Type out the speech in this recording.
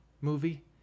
movie